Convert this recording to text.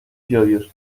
joyous